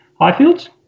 highfields